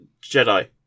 Jedi